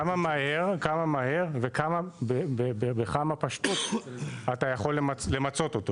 כמה מהר ובכמה פשטות אתה יכול מצות אותו.